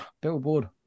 Billboard